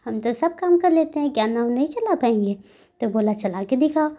हम तो सब काम कर लेते हैं क्या नाव नहीं चला पाएंगे तो बोला चला कर दिखाओ